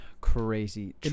crazy